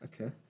Okay